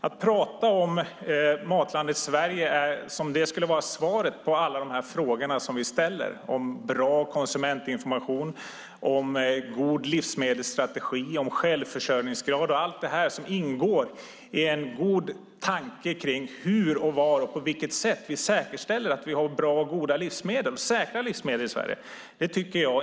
Att prata om Matlandet Sverige som om det skulle vara svaret på alla de frågor vi ställer om bra konsumentinformation, om god livsmedelsstrategi, om självförsörjningsgrad och allt det som ingår i en god tanke om hur, var och på vilket sätt vi säkerställer att vi har bra, goda och säkra livsmedel i Sverige stämmer inte.